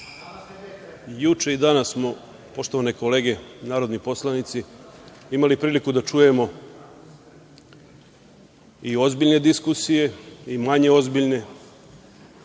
i danas smo, poštovane kolege narodni poslanici, imali priliku da čujemo i ozbiljne diskusije i manje ozbiljne